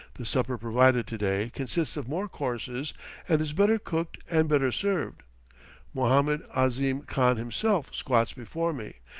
the supper provided to-day consists of more courses and is better cooked and better served mohammed ahzim khan himself squats before me,